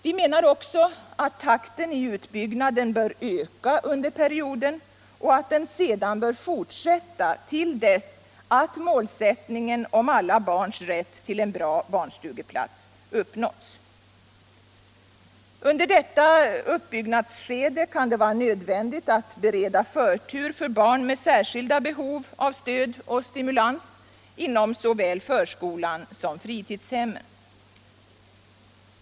Vi menar också att takten i utbyggnaden bör öka under perioden och att den sedan bör fortsätta till dess att målsättningen, alla barns rätt till cn bra barnstugeplats, har förverkligats. Under detta uppbyggnadsskede kan det vara nödvändigt att bereda förtur för barn med särskilda behov av stöd och stimulans inom såväl förskolan som fritidshemmen.